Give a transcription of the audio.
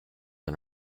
and